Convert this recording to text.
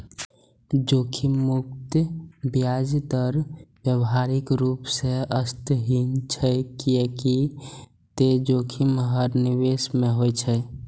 जोखिम मुक्त ब्याज दर व्यावहारिक रूप सं अस्तित्वहीन छै, कियै ते जोखिम हर निवेश मे होइ छै